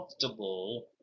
comfortable